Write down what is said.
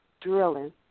drilling